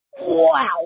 wow